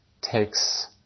takes